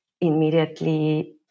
immediately